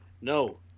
no